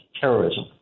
terrorism